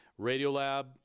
Radiolab